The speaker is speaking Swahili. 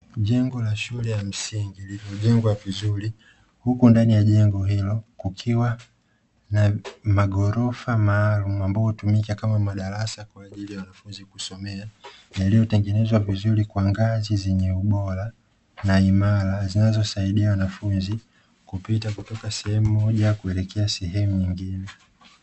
Jengo la shule ya msingi liililojengwa vizuri huku ndani ya jengo hilo kukiwa na magorofa maalumu ambayo hutumika kama madarasa kwa ajili ya wanafunzi kusomea, yaliyotengenzwa vizuri kwa ngazi zenye ubora na imara, zinazowasaidia wanafunzi kupita kutoka sehemu moja kuelekea sehemu nyingine.